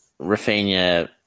Rafinha